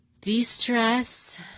De-stress